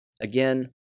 Again